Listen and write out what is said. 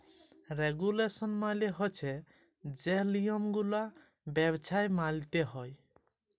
regulation মালে হছে যে লিয়মগুলা ব্যবছায় মাইলতে হ্যয়